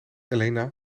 elena